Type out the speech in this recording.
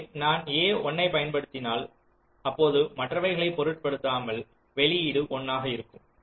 எனவே நான் a 1 ஐப் பயன்படுத்தினால் அப்போது மற்றவைகளை பொருட்டுப்படுதம்மால் வெளியீடு 1 ஆக இருக்கும்